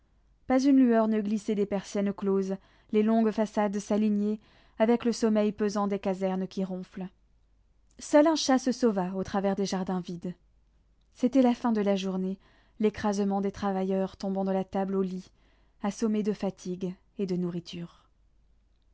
pas une lueur ne glissait des persiennes closes les longues façades s'alignaient avec le sommeil pesant des casernes qui ronflent seul un chat se sauva au travers des jardins vides c'était la fin de la journée l'écrasement des travailleurs tombant de la table au lit assommés de fatigue et de nourriture